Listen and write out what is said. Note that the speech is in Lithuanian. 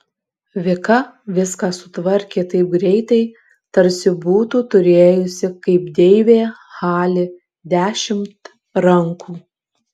vika viską sutvarkė taip greitai tarsi būtų turėjusi kaip deivė hali dešimt rankų